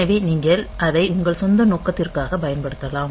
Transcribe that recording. எனவே நீங்கள் அதை உங்கள் சொந்த நோக்கத்திற்காகப் பயன்படுத்தலாம்